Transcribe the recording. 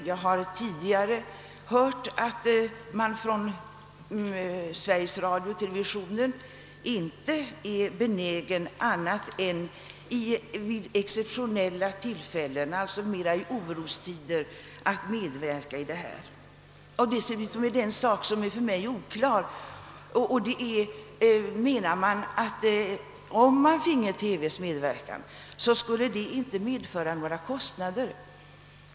Jag har tidigare hört, att man från Sveriges Radio och televisionen inte är benägen att annat än vid exceptionella tillfällen, alltså i orostider, medverka i detta sammanhang. Dessutom är en sak för mig oklar härvidlag: Menar man att om man finge TV:s medverkan skulle det inte dra några kostnader?